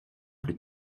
plus